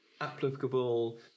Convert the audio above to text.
applicable